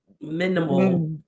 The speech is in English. minimal